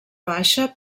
baixa